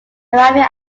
arriving